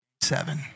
Seven